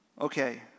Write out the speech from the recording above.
Okay